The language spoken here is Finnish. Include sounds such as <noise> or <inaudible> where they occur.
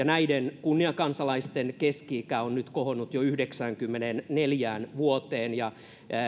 <unintelligible> näiden kunniakansalaisten keski ikä on nyt kohonnut jo yhdeksäänkymmeneenneljään vuoteen